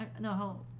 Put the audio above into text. no